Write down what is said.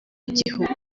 y’igihugu